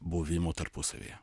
buvimo tarpusavyje